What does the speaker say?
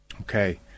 Okay